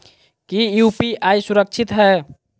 की यू.पी.आई सुरक्षित है?